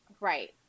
right